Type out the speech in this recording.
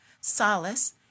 solace